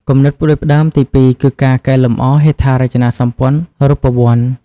គំនិតផ្តួចផ្តើមទីពីរគឺការកែលម្អហេដ្ឋារចនាសម្ព័ន្ធរូបវន្ត។